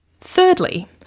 Thirdly